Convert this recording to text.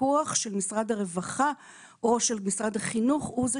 הפיקוח של משרד הרווחה או של משרד החינוך הוא זה